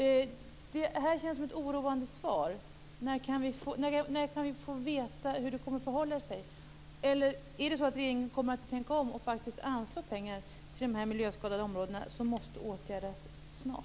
Det känns som ett oroande svar. När kan vi få veta hur det skall förhålla sig? Kommer regeringen att tänka om och faktiskt anslå pengar till de miljöskadade områden som måste åtgärdas snart?